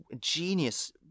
genius